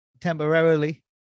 temporarily